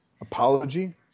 apology